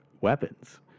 weapons